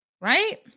Right